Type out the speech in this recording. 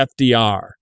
FDR